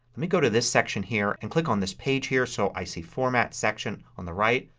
let me go to this section here and click on this page here so i see format, section on the right.